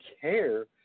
care